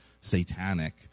satanic